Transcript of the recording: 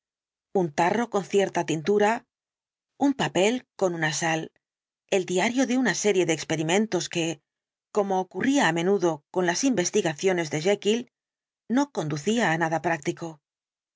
un tarro con cierta tintura un papel con una sal el diario de una serie de experimentos que como ocurría á menudo con las investigaciones de jekyll no conducía á nada práctico